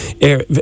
air